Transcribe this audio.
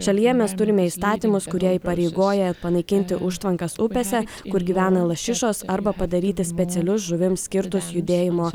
šalyje mes turime įstatymus kurie įpareigoja panaikinti užtvankas upėse kur gyvena lašišos arba padaryti specialius žuvims skirtus judėjimo